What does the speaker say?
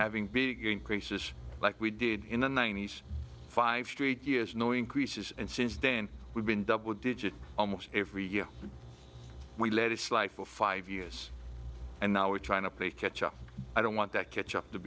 big increases like we did in the ninety's five straight years no increases and since then we've been double digit almost every year we let it slide for five years and now we're trying to play catch up i don't want that catch up to